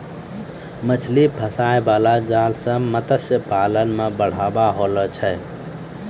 मछली फसाय बाला जाल से मतस्य पालन मे बढ़ाबा होलो छै